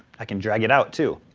i can drag it out, too,